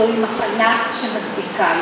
זוהי מחלה שמדביקה.